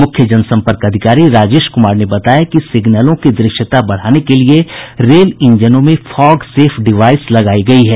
मुख्य जनसम्पर्क अधिकारी राजेश कुमार ने बताया कि सिग्नलों की दृश्यता बढ़ाने के लिए रेल ईंजनों में फॉग सेफ डिवाइस लगायी गयी है